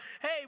hey